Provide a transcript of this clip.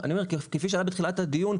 אבל אני אומר שכפי שעלה בתחילת הדיון,